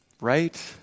Right